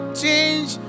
change